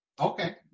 Okay